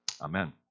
Amen